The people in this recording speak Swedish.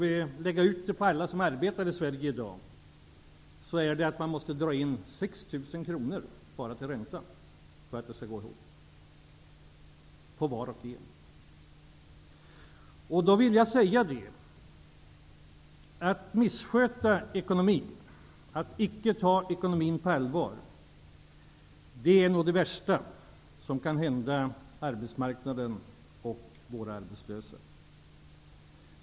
Skall vi lägga ut detta på alla som arbetar i Sverige i dag måste var och en dra in 6 000 kr bara till ränta för att inte underskotten skall öka ännu mer. Att man missköter ekonomin och inte tar den på allvar är nog det värsta som kan hända arbetsmarknaden och de arbetslösa.